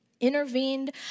intervened